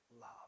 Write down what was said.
love